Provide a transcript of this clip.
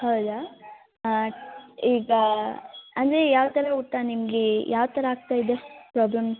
ಹೌದಾ ಹಾಂ ಈಗ ಅಂದರೆ ಯಾವ ಥರ ಊಟ ನಿಮಗೆ ಯಾವ ಥರ ಆಗ್ತಾ ಇದೆ ಪ್ರಾಬ್ಲಮ್